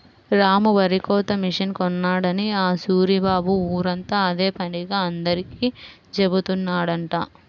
రాము వరికోత మిషన్ కొన్నాడని ఆ సూరిబాబు ఊరంతా అదే పనిగా అందరికీ జెబుతున్నాడంట